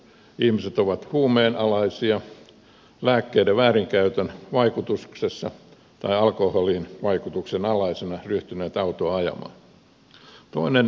ihmiset ovat huumeen alaisina lääkkeiden väärinkäytön vaikutuksessa tai alkoholin vaikutuksen alaisina ryhtyneet autoa ajamaan